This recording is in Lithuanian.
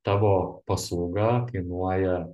tavo paslauga kainuoja